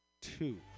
two